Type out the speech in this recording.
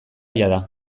jada